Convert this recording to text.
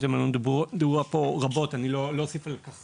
דיברו פה רבות, אני לא חושב שיש